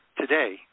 today